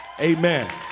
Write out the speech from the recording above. Amen